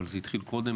אבל זה התחיל קודם,